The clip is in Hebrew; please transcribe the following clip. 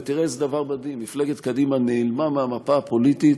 ותראה איזה דבר מדהים: מפלגת קדימה נעלמה מהמפה הפוליטית,